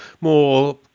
more